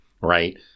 right